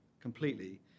completely